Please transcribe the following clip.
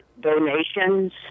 donations